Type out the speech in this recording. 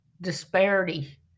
disparity